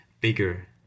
bigger